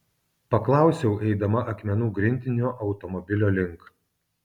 paklausiau eidama akmenų grindiniu automobilio link